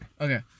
Okay